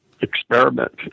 experiment